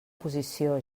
posició